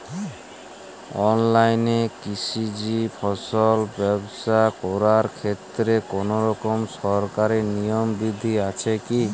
অনলাইনে কৃষিজ ফসল ব্যবসা করার ক্ষেত্রে কোনরকম সরকারি নিয়ম বিধি আছে কি?